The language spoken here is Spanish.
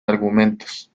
argumentos